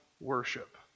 worship